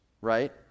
right